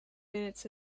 minutes